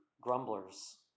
grumblers